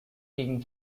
kicking